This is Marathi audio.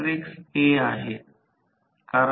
017 किलोवॅट आहे कारण कॉपर लॉस भारानुसार बदलत आहे